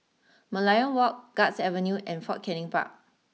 Merlion walk Guards Avenue and Fort Canning Park